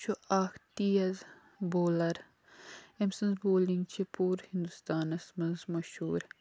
سُہ چھُ اکھ تیزبولر أمۍ سٕنٛز بولِنٛگ چھِ پوٗرٕ ہندوستانس منٛز مشہوٗر